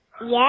yes